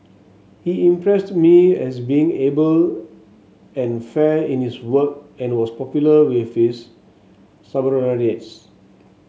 he impressed me as being able and fair in his work and was popular with his subordinates